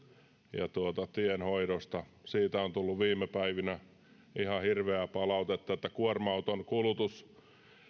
ja tienhoidosta siitä on tullut viime päivinä ihan hirveää palautetta että kuorma auton kulutus